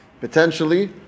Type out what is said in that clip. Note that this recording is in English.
potentially